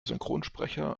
synchronsprecher